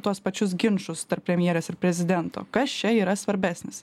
tuos pačius ginčus tarp premjerės ir prezidento kas čia yra svarbesnis